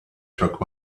took